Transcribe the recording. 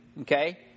Okay